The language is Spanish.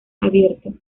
abierto